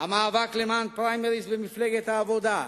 המאבק למען פריימריס במפלגת העבודה,